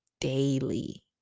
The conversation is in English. daily